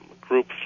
Group